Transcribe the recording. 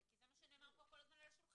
כי זה מה שנאמר פה כל הזמן על השולחן.